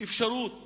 אפשרות